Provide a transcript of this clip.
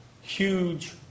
huge